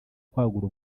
kwagura